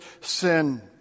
sin